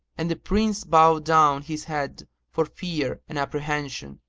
and the prince bowed down his head for fear and apprehension,